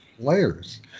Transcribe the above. players